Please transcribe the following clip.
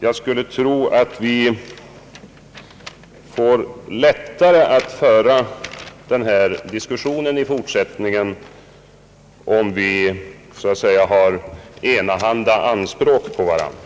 Jag skulle tro att vi får lättare att föra denna diskussion i fortsättningen om vi så att säga har enahanda anspråk på varandra.